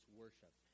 worship